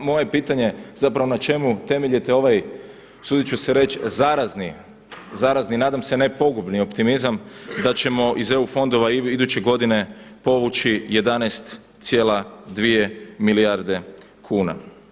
Moje pitanje zapravo na čemu temeljite ovaj, usudit ću se reći zarazni, zarazni, nadam se ne pogubni optimizam, da ćemo iz EU fondova iduće godine povući 11,2 milijarde kuna.